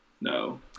No